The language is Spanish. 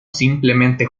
simplemente